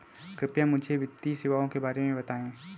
कृपया मुझे वित्तीय सेवाओं के बारे में बताएँ?